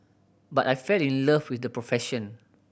but I fell in love with the profession